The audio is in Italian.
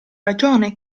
ragione